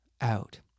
out